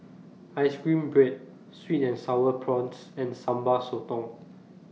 Ice Cream Bread Sweet and Sour Prawns and Sambal Sotong